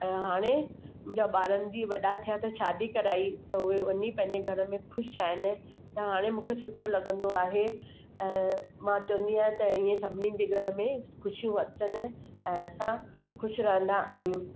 ऐं हाणे मुंहिंजा ॿारनि जीअं वॾा थिया त शादी कराई त उहे वञी पंहिंजे घर में ख़ुशि आहिनि त हाणे मूंखे सुठो लॻंदो आहे ऐं मां चवंदी आहियां त इअं सभिनिनि जे घर में खुशियूं अचनि ऐं असां ख़ुशि रहंदा आहियूं